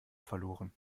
verloren